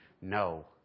No